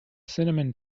cinnamon